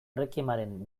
requiemaren